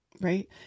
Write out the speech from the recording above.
right